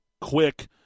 quick